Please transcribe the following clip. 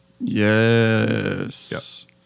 Yes